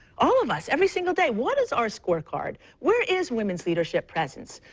all of us, every single day, what is our score card? where is women's leadership present?